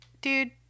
Dude